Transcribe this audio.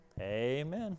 amen